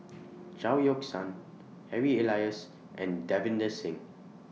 Chao Yoke San Harry Elias and Davinder Singh